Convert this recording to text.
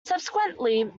subsequently